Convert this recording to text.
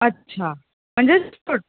अच्छा म्हणजे सुट